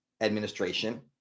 administration